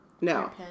No